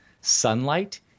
sunlight